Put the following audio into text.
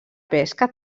pesca